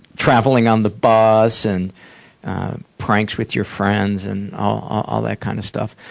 traveling on the bus, and pranks with your friends and all that kind of stuff.